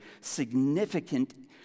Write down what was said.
significant